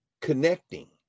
connecting